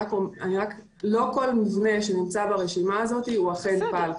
לא כל מבנה שנמצא ברשימה הזאת הוא אכן פלקל.